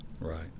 Right